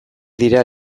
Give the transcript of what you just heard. dira